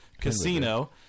Casino